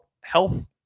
health